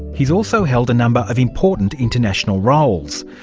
has also held a number of important international roles.